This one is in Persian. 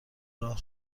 راه